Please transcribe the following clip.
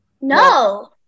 No